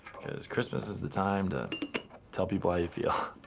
because christmas is the time to tell people how you feel.